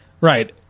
right